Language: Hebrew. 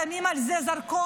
שמים על זה זרקור.